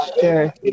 sure